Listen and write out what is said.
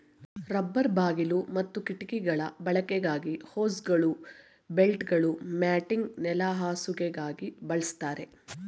rubber ಬಾಗಿಲು ಮತ್ತು ಕಿಟಕಿಗಳ ಬಳಕೆಗಾಗಿ ಹೋಸ್ಗಳು ಬೆಲ್ಟ್ಗಳು ಮ್ಯಾಟಿಂಗ್ ನೆಲಹಾಸುಗಾಗಿ ಬಳಸ್ತಾರೆ